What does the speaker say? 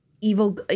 evil